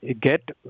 get